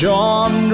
John